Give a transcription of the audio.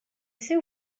seu